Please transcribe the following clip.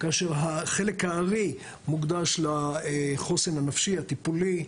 כאשר החלק הארי מוקדש לחוסן הנפשי, הטיפולי,